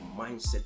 mindset